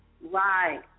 Right